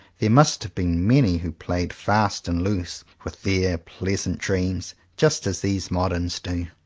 there must have been many who played fast and loose with their pleasant dreams, just as these moderns do.